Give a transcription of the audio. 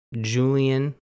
Julian